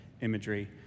imagery